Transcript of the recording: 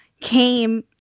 came